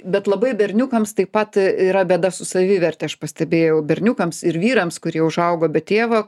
bet labai berniukams taip pat yra bėda su saviverte aš pastebėjau berniukams ir vyrams kurie užaugo be tėvo